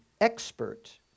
expert